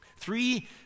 Three